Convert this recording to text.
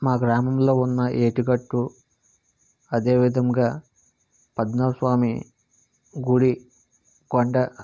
మా గ్రామంలో ఉన్న ఏటిగట్టు అదేవిధంగా పద్మనాభ స్వామి గుడి కొండ